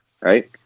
right